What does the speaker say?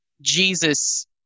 Jesus